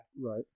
Right